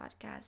podcast